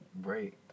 Right